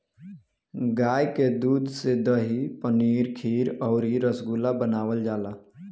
गाय के दूध से दही, पनीर खीर अउरी रसगुल्ला बनावल जाला